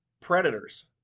predators